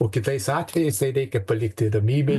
o kitais atvejais tai reikia palikti ramybėj